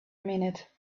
minute